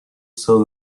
such